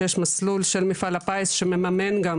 שיש מסלול של מפעל הפיס שמממן גם